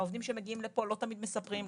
העובדים שמגיעים לפה לא תמיד מספרים,